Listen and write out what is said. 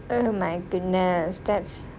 oh my goodness that's